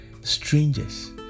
strangers